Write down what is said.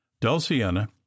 dulciana